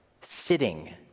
sitting